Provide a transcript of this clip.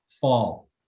fall